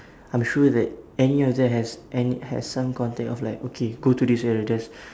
I'm sure that any of them has any has some contact of like okay go to this area there's